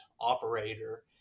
operator